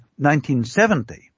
1970